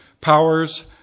powers